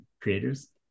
creators